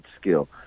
skill